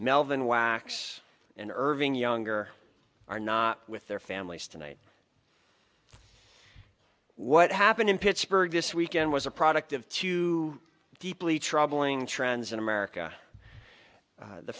melvin wax and irving younger are not with their families tonight what happened in pittsburgh this weekend was a product of two deeply troubling trends in america